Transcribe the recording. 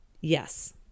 Yes